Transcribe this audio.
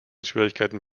schwierigkeiten